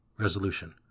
Resolution